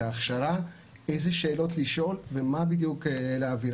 ההכשרה איזה שאלות לשאול ומה בדיוק להעביר.